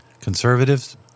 conservatives